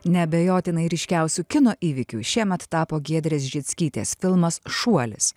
neabejotinai ryškiausiu kino įvykiu šiemet tapo giedrės žickytės filmas šuolis